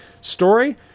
story